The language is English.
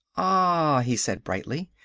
ah! he said brightly,